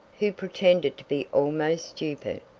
who pretended to be almost stupid.